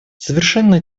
совершенно